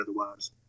otherwise